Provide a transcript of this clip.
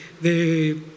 de